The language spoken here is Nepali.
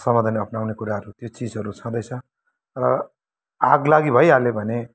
सावधानी अप्नाउनु पर्ने कुराहरू त्यो चिजहरू छँदै छ र आगलागी भइहाल्यो भने